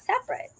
separate